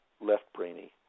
left-brainy